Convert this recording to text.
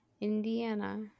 indiana